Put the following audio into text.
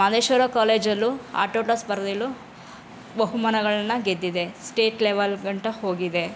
ಮಾದೇಶ್ವರ ಕಾಲೇಜಲ್ಲೂ ಆಟೋಟ ಸ್ಪರ್ಧೆಲೂ ಬಹುಮಾನಗಳನ್ನು ಗೆದ್ದಿದೆ ಸ್ಟೇಟ್ ಲೆವಲ್ ಗಂಟ ಹೋಗಿದೆ